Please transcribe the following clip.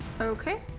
Okay